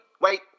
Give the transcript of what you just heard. wait